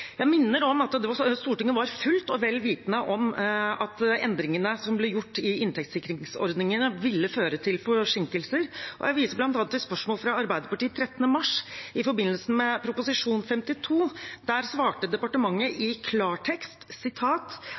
Jeg minner om at Stortinget var vel vitende om at endringene som ble gjort i inntektssikringsordningene, ville føre til forsinkelser, og jeg viser bl.a. til et spørsmål fra Arbeiderpartiet 13. mars 2020 i forbindelse med behandlingen av Prop. 52 S for 2019–2020. Der svarte departementet i klartekst